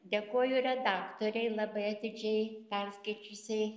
dėkoju redaktorei labai atidžiai perskaičiusiai